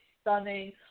stunning